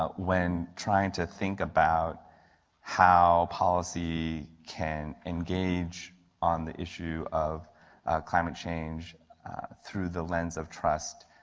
ah when trying to think about how policy can engage on the issue of climate change through the lens of trust,